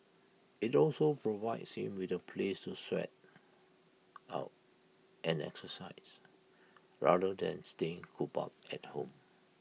IT also provides him with A place to sweat out and exercise rather than staying cooped up at home